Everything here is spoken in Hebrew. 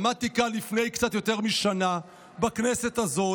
עמדתי כאן לפני קצת יותר משנה בכנסת הזאת,